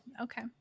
okay